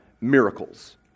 miracles